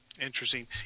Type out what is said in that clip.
Interesting